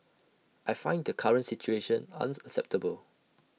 I find the current situation unacceptable